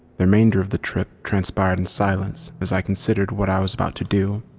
the remainder of the trip transpired in silence as i considered what i was about to do.